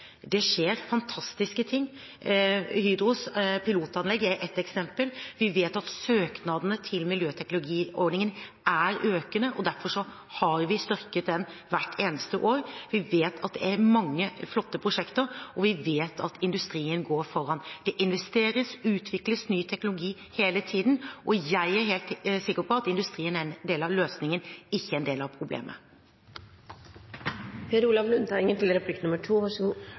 Det skjer fantastiske ting. Hydros pilotanlegg er ett eksempel. Vi vet at søknadene til miljøteknologiordningen er økende. Derfor har vi styrket den hvert eneste år. Vi vet at det er mange flotte prosjekter, og vi vet at industrien går foran. Det investeres og utvikles ny teknologi hele tiden, og jeg er helt sikker på at industrien er en del av løsningen, og ikke en del av problemet. Det som skjer på Hydro, er veldig bra. Men det vi snakker om her, er karbon. Det er to